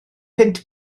punt